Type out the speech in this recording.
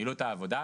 יעילות העבודה.